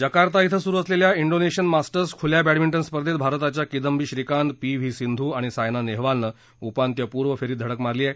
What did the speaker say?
Jakarta क्विं सुरु असलेल्या डोनेशियन मास्टर्स खुल्या बॅडमिंटन स्पर्धेत भारताच्या किदंबी श्रीकांत पी व्ही सिंधू आणि सायना नेहवालनं उपांत्यपूर्व फेरीत धडक मारली आहे